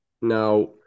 now